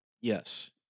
Yes